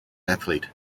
athlete